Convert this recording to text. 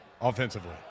offensively